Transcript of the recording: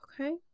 Okay